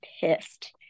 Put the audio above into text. pissed